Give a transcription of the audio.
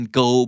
go